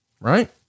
right